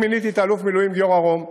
אני מיניתי את האלוף במילואים גיורא רום.